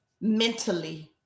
mentally